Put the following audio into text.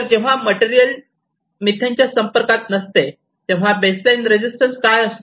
तर जेव्हा मटेरियल मिथेनच्या संपर्कात नसते तेव्हा बेसलाइन रेजिस्टन्स काय असतो